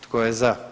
Tko je za?